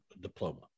diploma